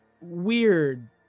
weird